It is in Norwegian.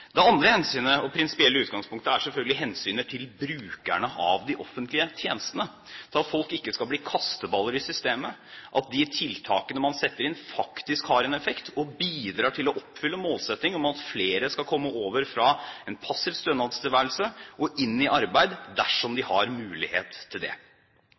Det andre hensynet og prinsipielle utgangspunktet er selvfølgelig hensynet til brukerne av de offentlige tjenestene, slik at folk ikke skal bli kasteballer i systemet, at de tiltakene man setter inn, faktisk har en effekt og bidrar til å oppfylle målsettingen om at flere skal komme over fra en passiv stønadstilværelse og inn i arbeid, dersom de har mulighet til det.